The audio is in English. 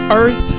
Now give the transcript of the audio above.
earth